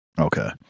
Okay